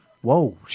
Whoa